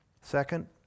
Second